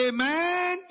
Amen